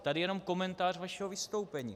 Tady jenom komentář vašeho vystoupení.